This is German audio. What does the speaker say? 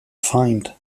feind